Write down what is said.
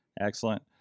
Excellent